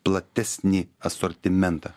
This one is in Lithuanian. platesnį asortimentą